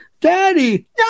Daddy